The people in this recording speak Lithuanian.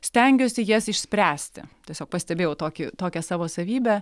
stengiuosi jas išspręsti tiesiog pastebėjau tokį tokią savo savybę